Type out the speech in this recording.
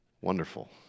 Wonderful